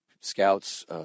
scouts